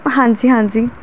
ਹਾਂਜੀ ਹਾਂਜੀ